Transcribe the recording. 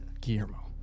Guillermo